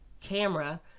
camera